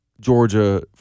Georgia